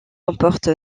comporte